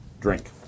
Drink